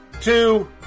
Two